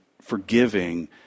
forgiving